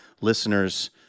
listeners